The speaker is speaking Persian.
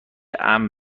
امن